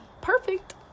perfect